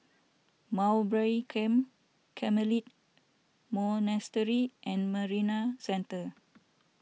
Mowbray Camp Carmelite Monastery and Marina Centre